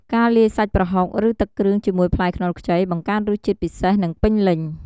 ការលាយសាច់ប្រហុក ឬទឹកគ្រឿងជាមួយផ្លែខ្នុរខ្ចី បង្កើតរសជាតិពិសេស និងពេញលេញ។